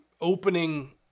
opening